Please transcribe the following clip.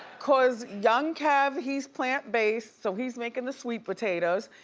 cause young kev, he's plant-based so he's makin' the sweet potatoes.